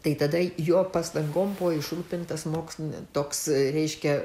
tai tada jo pastangom buvo išrūpintas mokslinis toks reiškia